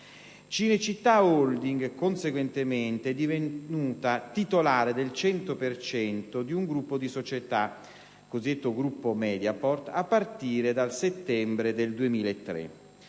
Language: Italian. Cinecittà Holding, conseguentemente, è divenuta titolare del 100 per cento di un gruppo di società, il cosiddetto gruppo Mediaport, a partire da settembre 2003.